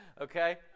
Okay